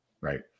right